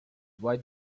wide